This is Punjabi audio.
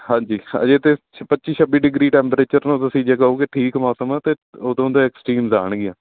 ਹਾਂਜੀ ਅਜੇ ਤਾਂ ਛ ਪੱਚੀ ਛੱਬੀ ਡਿਗਰੀ ਟੈਂਪਰੇਚਰ ਨੂੰ ਤੁਸੀਂ ਜੇ ਕਹੋਗੇ ਠੀਕ ਮੌਸਮ ਤਾਂ ਉਦੋਂ ਦਾ ਐਕਸਟ੍ਰੀਮਸ ਆਉਣਗੀਆਂ